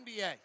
NBA